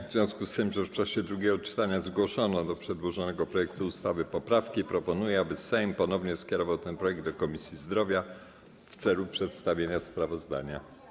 W związku z tym, że w czasie drugiego czytania zgłoszono do przedłożonego projektu ustawy poprawki, proponuję, aby Sejm ponownie skierował ten projekt do Komisji Zdrowia w celu przedstawienia sprawozdania.